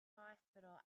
hospital